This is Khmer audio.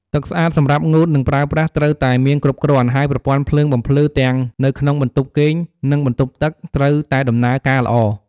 ទឹកស្អាតសម្រាប់ងូត និងប្រើប្រាស់ ត្រូវតែមានគ្រប់គ្រាន់ ហើយប្រព័ន្ធភ្លើងបំភ្លឺទាំងនៅក្នុងបន្ទប់គេង និងបន្ទប់ទឹក ត្រូវតែដំណើរការល្អ។